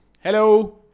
hello